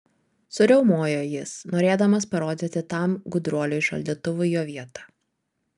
suriaumojo jis norėdamas parodyti tam gudruoliui šaldytuvui jo vietą